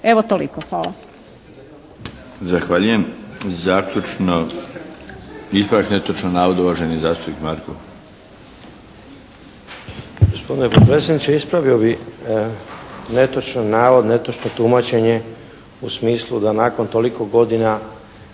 Evo toliko. Hvala.